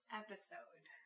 episode